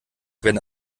werden